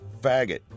Faggot